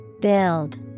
Build